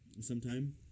Sometime